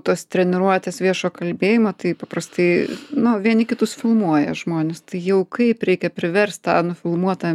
tos treniruotės viešo kalbėjimo tai paprastai nu vieni kitus filmuoja žmonės jau kaip reikia priverst tą nufilmuotą